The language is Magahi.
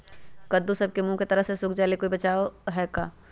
कददु सब के मुँह के तरह से सुख जाले कोई बचाव है का?